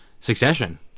Succession